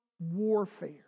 warfare